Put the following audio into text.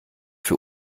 für